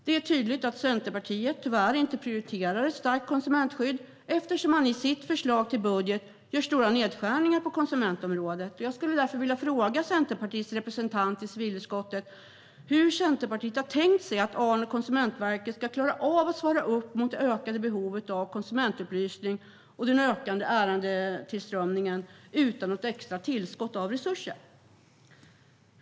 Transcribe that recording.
Det är tydligt att Centerpartiet tyvärr inte prioriterar ett starkt konsumentskydd eftersom det i sitt förslag till budget gör stora nedskärningar på konsumentområdet. Jag skulle därför vilja fråga Centerpartiets representant i civilutskottet hur Centerpartiet har tänkt sig att ARN och Konsumentverket ska klara av att svara upp mot det ökade behovet av konsumentupplysning och den ökande ärendetillströmningen utan något extra tillskott av resurser.